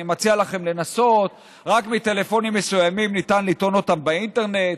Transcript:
אני מציע לכם לנסות: רק מטלפונים מסוימים ניתן לטעון אותם באינטרנט,